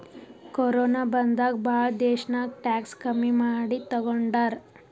corona ಬಂದಾಗ್ ಭಾಳ ದೇಶ್ನಾಗ್ ಟ್ಯಾಕ್ಸ್ ಕಮ್ಮಿ ಮಾಡಿ ತಗೊಂಡಾರ್